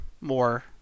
more